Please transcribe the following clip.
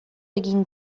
egin